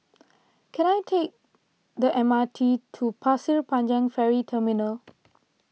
can I take the M R T to Pasir Panjang Ferry Terminal